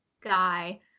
guy